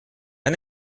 han